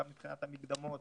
גם מבחינת המקדמות,